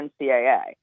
NCAA